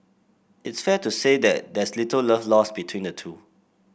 it's fair to say that there's little love lost between the two